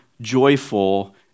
joyful